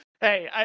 Hey